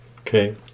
Okay